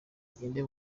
mugende